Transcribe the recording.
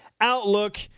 outlook